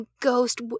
ghost